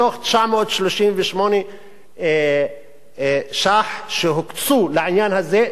מתוך 938 מיליון שקלים שהוקצו לעניין הזה,